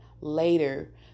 later